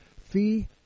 Fee